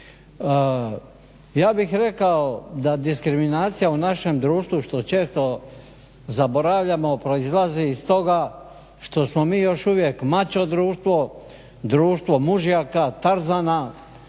Ja bih rekao da diskriminacija u našem društvu, što često zaboravljamo, proizlazi iz toga što smo mi još uvijek mačo društvo, društvo mužjaka, tarzana